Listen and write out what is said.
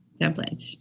templates